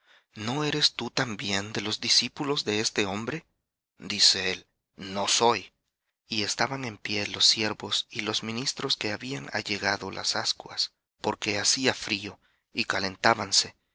no eres tú también de los discípulos de este hombre dice él no soy y estaban en pie los siervos y los ministros que habían allegado las ascuas porque hacía frío y calentábanse y